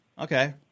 Okay